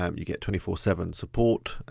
um you get twenty four seven support,